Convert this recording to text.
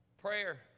Prayer